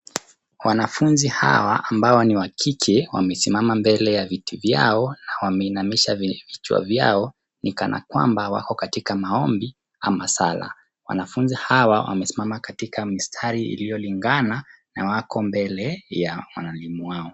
Wanafunzi hawa ambao ni wa kike wamesimama mbele ya viti vyao na wameinamisha vile vichwa vyao ni kama kwamba wako katika maombi ama sala. Wanafunzi hawa wamesimama katika mistari iliyolingana na wako mbele ya mwalimu wao.